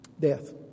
Death